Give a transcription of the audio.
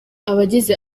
abagize